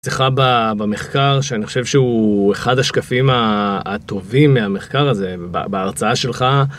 שיחה במחקר שאני חושב שהוא אחד השקפים הטובים מהמחקר הזה בהרצאה שלך.